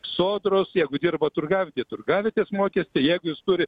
sodros jeigu dirba turgavietėje turgavietės mokestį jeigu jis turi